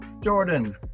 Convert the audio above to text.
Jordan